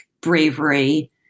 bravery